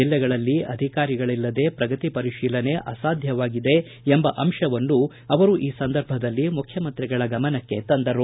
ಜಿಲ್ಲೆಗಳಲ್ಲಿ ಅಧಿಕಾರಿಗಳಲ್ಲದೆ ಪ್ರಗತಿ ಪರಿತೀಲನೆ ಅಸಾಧ್ಯವಾಗಿದೆ ಎಂಬ ಅಂಶವನ್ನು ಅವರು ಈ ಸಂದರ್ಭದಲ್ಲಿ ಮುಖ್ಯಮಂತ್ರಿಗಳ ಗಮನಕ್ಕೆ ತಂದರು